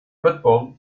futbol